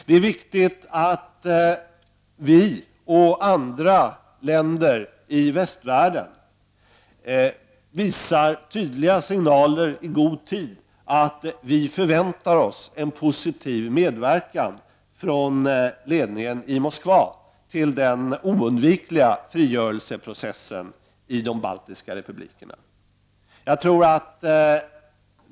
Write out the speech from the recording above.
Det är viktigt att Sverige och andra länder i västvärlden visar tydliga signaler i god tid att vi förväntar oss en positiv medverkan från ledningen i Moskva till den oundvikliga frigörelseprocessen i de baltiska republikerna.